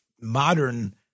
modern